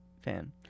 fan